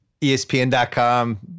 ESPN.com